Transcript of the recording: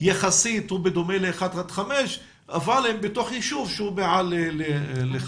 יחסית הוא בדומה ל-1-5 אבל הם בתוך ישוב שהוא מעל ל-5.